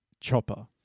Chopper